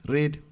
Read